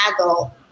adult